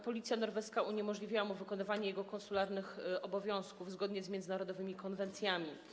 Policja norweska uniemożliwiła mu wykonywanie jego konsularnych obowiązków zgodnie z międzynarodowymi konwencjami.